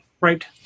Right